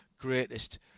greatest